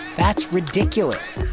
that's ridiculous.